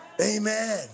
amen